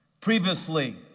Previously